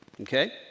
Okay